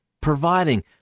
Providing